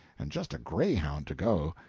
and just a greyhound to go.